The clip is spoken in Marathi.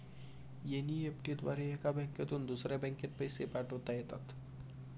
एन.ई.एफ.टी द्वारे एका बँकेतून दुसऱ्या बँकेत पैसे पाठवता येतात